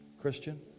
Christian